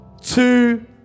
Two